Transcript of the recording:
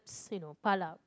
know pile up